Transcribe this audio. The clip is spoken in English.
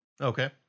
Okay